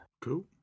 Cool